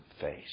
face